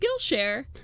Skillshare